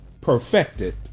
Perfected